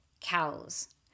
cows